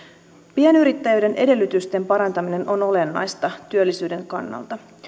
pienyrittäjyyden edellytysten parantaminen on olennaista työllisyyden kannalta